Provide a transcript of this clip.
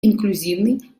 инклюзивный